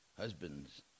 Husbands